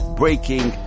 breaking